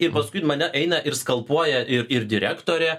ir paskui mane eina ir skalpuoja ir ir direktorė